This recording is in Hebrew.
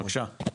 בבקשה.